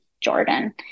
Jordan